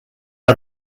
are